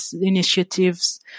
initiatives